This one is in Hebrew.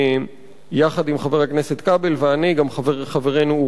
יחד עם חבר הכנסת כבל ואני גם חברנו אורי אריאל,